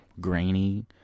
grainy